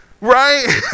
right